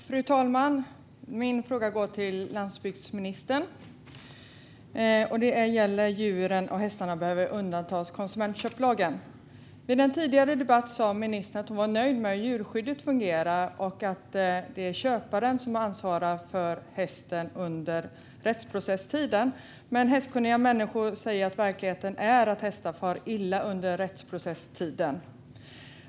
Fru talman! Min fråga går till landsbygdsministern. Den gäller om hästar och andra djur behöver undantas konsumentköplagen. Vid en tidigare debatt sa ministern att hon är nöjd med hur djurskyddet fungerar och att det är köparen som ansvarar för hästen under rättsprocesstiden. Men hästkunniga människor säger att verkligheten är att hästar far illa under rättsprocesstiden.